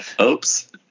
Oops